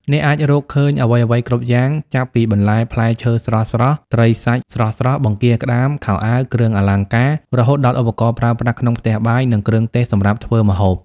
អ្នកអាចរកឃើញអ្វីៗគ្រប់យ៉ាង ចាប់ពីបន្លែផ្លែឈើស្រស់ៗ ត្រីសាច់ស្រស់ៗ បង្គាក្តាម ខោអាវ គ្រឿងអលង្ការ រហូតដល់ឧបករណ៍ប្រើប្រាស់ក្នុងផ្ទះបាយ និងគ្រឿងទេសសម្រាប់ធ្វើម្ហូប។